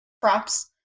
props